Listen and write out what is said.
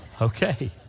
Okay